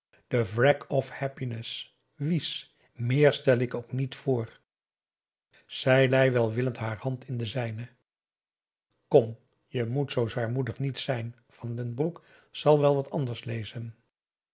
wreck of happiness wies meer stel ik ook niet voor zij lei welwillend haar hand in de zijne kom je moet zoo zwaarmoedig niet zijn van den broek zal wel wat anders lezen